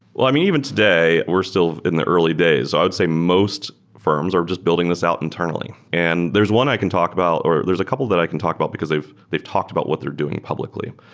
i mean, even today, we're still in the early days. i would say most fi rms are just building this out internally. and there's one i can talk about, or there's a couple that i can talk about because they've they've talked about what they're doing publicly.